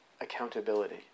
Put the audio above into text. accountability